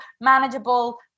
manageable